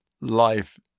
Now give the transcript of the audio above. life